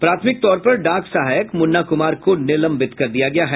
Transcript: प्राथमिक तौर पर डाक सहायक मुन्ना कुमार को निलंबित कर दिया गया है